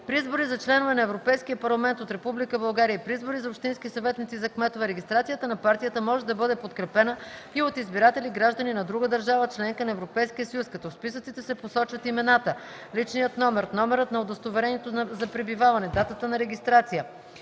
при избори за членове на Европейския парламент от Република България и при избори за общински съветници и за кметове регистрацията на партията може да бъде подкрепена и от избиратели - граждани на друга държава - членка на Европейския съюз, като в списъците се посочват имената, личният номер, номерът на удостоверението за пребиваване, датата на регистрация,